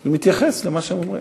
אני מתייחס למה שהם אומרים.